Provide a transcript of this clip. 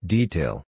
Detail